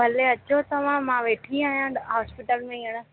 भले अचो तव्हां मां वेठी आहियां हॉस्पिटल में हीअंर